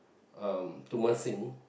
um to Mersing